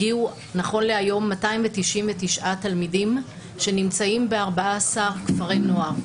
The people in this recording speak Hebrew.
הגיעו נכון להיום 299 תלמידים שנמצאים ב-14 כפרי נוער.